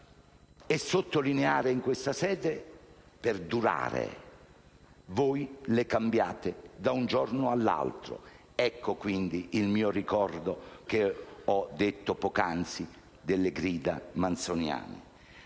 e sottolineare in questa sede - per durare. Voi le cambiate da un giorno all'altro. Ecco, quindi, il mio ricordo, citato poc'anzi, delle grida manzoniane.